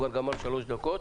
הוא גמר כבר שלוש דקות.